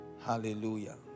Hallelujah